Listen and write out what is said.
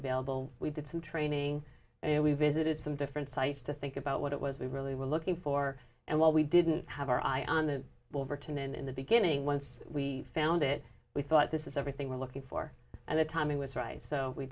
available we did some training and we visited some different sites to think about what it was we really were looking for and while we didn't have our eye on the overton and in the beginning once we found it we thought this is everything we're looking for and the timing was right so we